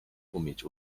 umieć